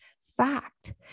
fact